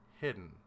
Hidden